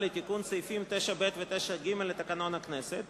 לתיקון סעיפים 9ב ו-9ג לתקנון הכנסת,